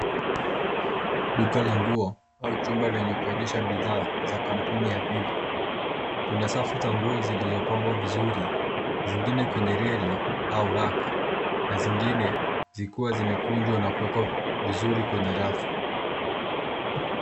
Duka la nguo au chumba la kuonyesha bidhaa za kampuni ya Vivo. Kuna safu za nguo zilizo pangwa vizuri zingine kwenye reli au rack na zingine zikiwa zimekunjwa na kuwekwa vizuri kwenye rafu.